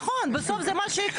נכון, בסוף זה מה שיקרה.